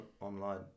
online